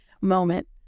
moment